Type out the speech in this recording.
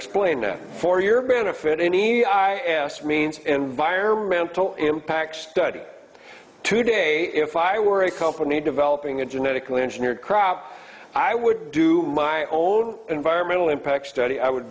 explain it for your benefit any i asked means environmental impact study today if i were a company developing a genetically engineered crops i would do my own environmental impact study i would